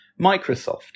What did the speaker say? Microsoft